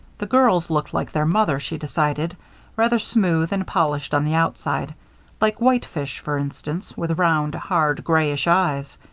the girls looked like their mother, she decided rather smooth and polished on the outside like whitefish, for instance, with round, hard grayish eyes.